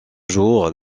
jour